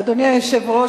אדוני היושב-ראש,